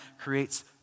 creates